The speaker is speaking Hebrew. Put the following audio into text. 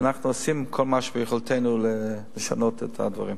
ואנחנו עושים כל מה שביכולתנו לשנות את הדברים.